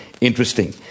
interesting